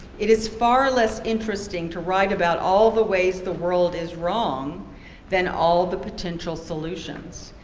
it is far less interesting to write about all the ways the world is wrong than all the potential solutions.